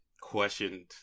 questioned